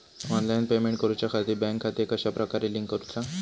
Online payment करुच्याखाती bank खाते कश्या प्रकारे लिंक करुचा?